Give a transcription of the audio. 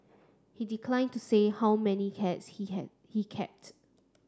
he declined to say how many cats he had he kept